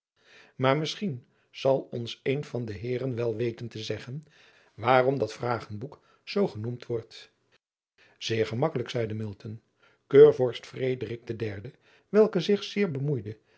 maar misschien zal ons een van de eeren wel weten te zeggen waarom dat vrageboek zoo genoemd wordt eer gemakkelijk zeide eurvorst de derde welke zich zeer bemoeide